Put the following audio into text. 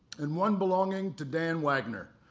and one belonging to dan wagoner.